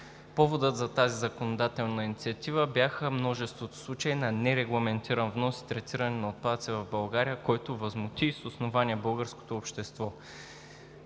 Поводът за тази законодателна инициатива бяха множеството случаи на нерегламентиран внос и третиране на отпадъци в България, който възмути, и с основание, българското общество.